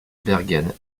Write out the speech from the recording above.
bergen